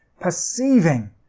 perceiving